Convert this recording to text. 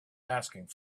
asking